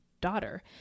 daughter